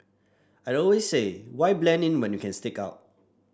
I always say why blend in when you can stick out